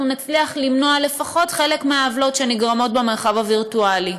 נצליח למנוע לפחות חלק מהעוולות שנגרמות במרחב הווירטואלי.